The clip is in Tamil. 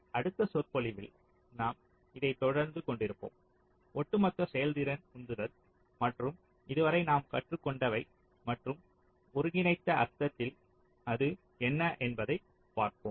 அடுத்த சொற்பொழிவில் நாம் இதைத் தொடர்ந்து கொண்டிருப்போம் ஒட்டுமொத்த செயல்திறன் உந்துதல் மற்றும் இதுவரை நாம் கற்றுக்கொண்டவை மற்றும் ஒருங்கிணைந்த அர்த்தத்தில் அது என்ன என்பதைப் பார்ப்போம்